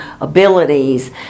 abilities